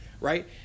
Right